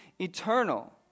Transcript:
eternal